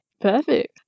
Perfect